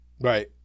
Right